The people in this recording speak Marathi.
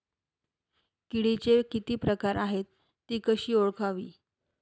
किडीचे किती प्रकार आहेत? ति कशी ओळखावी?